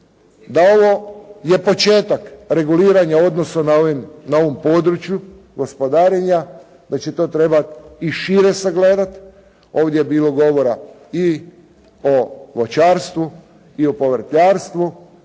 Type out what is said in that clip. da ovo je početak reguliranja odnosa na ovom području gospodarenja, da će to trebati i šire sagledati. Ovdje je bilo govora i o voćarstvu i o povrtlarstvu